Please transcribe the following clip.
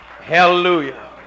Hallelujah